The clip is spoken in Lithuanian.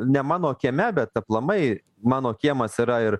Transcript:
ne mano kieme bet aplamai mano kiemas yra ir